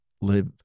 live